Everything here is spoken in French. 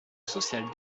social